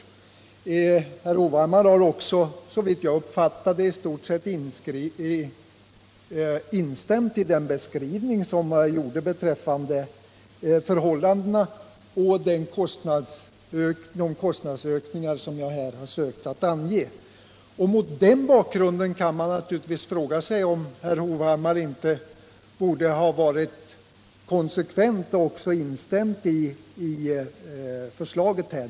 Herr Hovhammar har också såvitt jag uppfattar det i stort sett instämt i min beskrivning av förhållandena och kostnadsökningarna. Mot den bakgrunden kan man fråga sig om inte herr Hovhammar borde ha varit konsekvent och också instämt i vårt förslag.